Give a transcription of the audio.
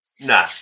No